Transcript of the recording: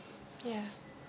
yeah